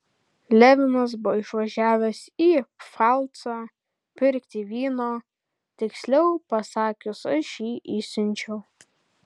levinas buvo išvažiavęs į pfalcą pirkti vyno tiksliau pasakius aš jį išsiunčiau